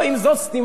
החוק שני,